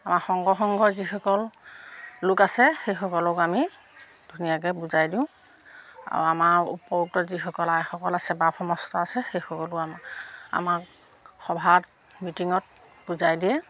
আমাৰ শংকৰ সংঘৰ যিসকল লোক আছে সেইসকলক আমি ধুনীয়াকৈ বুজাই দিওঁ আৰু আমাৰ উপৰোক্ত যিসকল আইসকল আছে বাপ সমস্ত আছে সেইসকলেও আমাৰ আমাক সভাত মিটিঙত বুজাই দিয়ে